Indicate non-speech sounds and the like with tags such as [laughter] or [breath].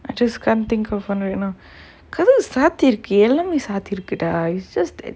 I just can't think of one right now [breath] கதவு சாத்தி இருக்கு எல்லாமே சாத்தி இருக்குடா:kathavu saathi irukku ellaamae saathi irukkudaa it's just that